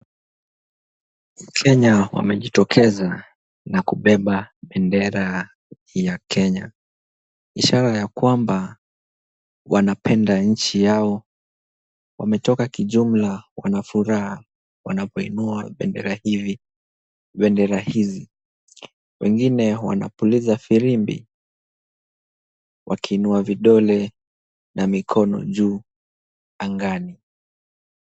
Wakenya wamejitokeza na kubeba bendera ya kenya, ishara ya kwamba, wanapenda nchi yao wametoka kijumla, wanafuraha, wanapoinua bendera hizi. Wengine wanapuliza firimbi wakiinua vidole na mikono juu angani.